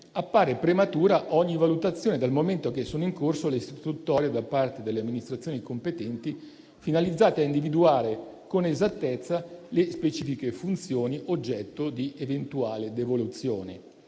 appare prematura ogni valutazione, dal momento che sono in corso le istruttorie da parte delle amministrazioni competenti finalizzate a individuare con esattezza le specifiche funzioni oggetto di eventuale devoluzione.